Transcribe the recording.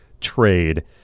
trade